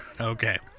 Okay